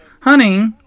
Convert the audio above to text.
honey